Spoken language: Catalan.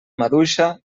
maduixa